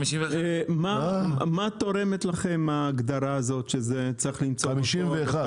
מה תורמת לכם ההגדרה הזאת שזה צריך למצוא מקור ו- 51?